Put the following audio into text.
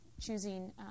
choosing